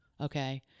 Okay